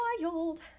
wild